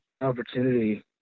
opportunity